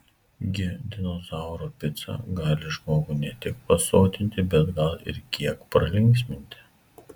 gi dinozauro pica gali žmogų ne tik pasotinti bet gal ir kiek pralinksminti